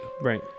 right